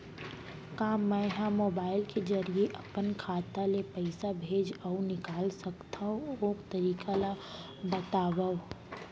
का मै ह मोबाइल के जरिए अपन खाता ले पइसा भेज अऊ निकाल सकथों, ओ तरीका ला बतावव?